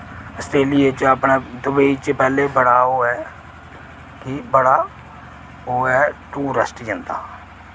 Australia च अपने Dubai च पैह्ले बड़ा उ'ऐ कि बड़ा उ'ऐ टूरैस्ट